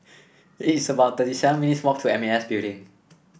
it's about thirty seven minutes' walk to M A S Building